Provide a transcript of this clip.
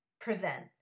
present